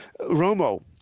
Romo